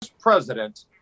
president